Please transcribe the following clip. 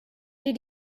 did